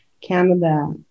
Canada